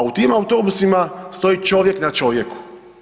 A u tim autobusima stoji čovjek na čovjeku.